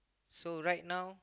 so right now